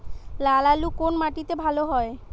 লাল আলু কোন মাটিতে ভালো হয়?